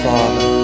Father